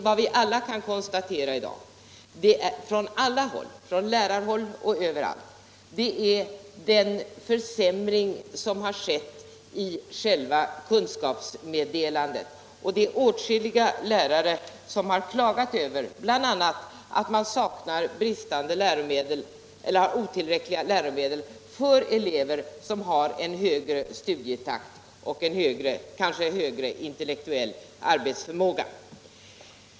— Vad vi alla — från lärarhåll och från andra håll — kan konstatera i = Skolans inre arbete dag är den försämring som har skett i själva kunskapsmeddelandet. Åt — m.m. skilliga lärare har klagat över den otillräckliga tillgången på läromedel för elever som har en högre studietakt och kanske större intellektuell arbetsförmåga.